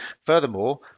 Furthermore